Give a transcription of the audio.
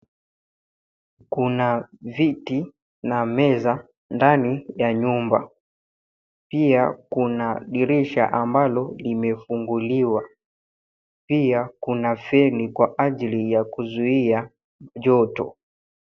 Kuna viti na meza ndani ya nyumba. Pia kuna dirisha ambalo limefunguliwa. Pia kuna feni kwa ajili ya kuzuia joto.